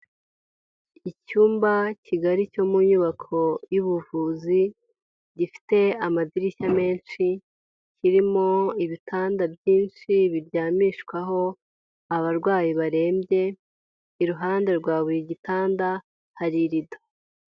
Icyumba kigali cyo mu nyubako y'ubuvuzi gifite amadirishya menshi, kirimo ibitanda byinshi biryamishwaho abarwayi barembye, iruhande rwa buri gitanda hari irido.